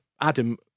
Adam